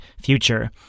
future